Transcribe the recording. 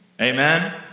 Amen